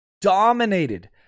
Dominated